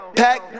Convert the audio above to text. pack